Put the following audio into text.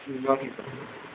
ம் okay sir